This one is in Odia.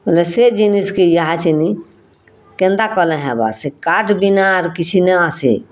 ବଲେ ସେ ଜିନିଷ୍କେ ଇହାଛିନ୍ କେନ୍ତା କଲେ ହେବା ସେ କାଠ୍ ବିନା ଆର୍ କିଛି ନା ଆସେ